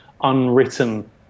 unwritten